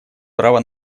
право